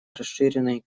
расширенной